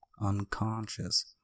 unconscious